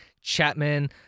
Chapman